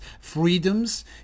freedoms